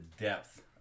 depth